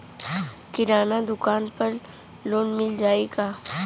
किराना दुकान पर लोन मिल जाई का?